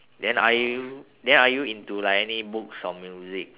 then are you are you into like any books or music